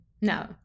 No